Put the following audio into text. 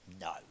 no